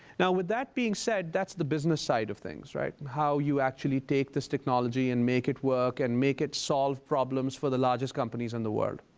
now, with that being said, that's the business side of things. right? how you actually take this technology and make it work and make it solve problems for the largest companies in the world.